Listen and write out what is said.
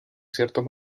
ciertos